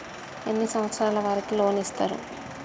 ఎన్ని సంవత్సరాల వారికి లోన్ ఇస్తరు?